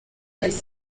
kazi